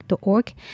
org